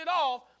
off